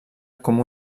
com